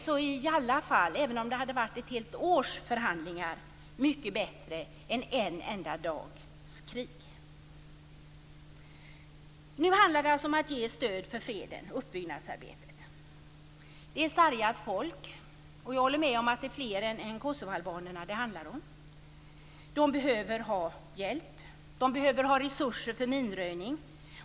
Hur som helst: Även om det hade förts ett helt års förhandlingar hade det varit mycket bättre än en enda dags krig. Nu handlar det alltså om att ge stöd åt freden och åt uppbyggnadsarbetet. Folket är sargat, och jag håller med om att det handlar om fler än kosovoalbanerna. Det behövs hjälp. Det behövs resurser för minröjning.